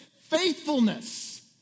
faithfulness